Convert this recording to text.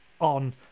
on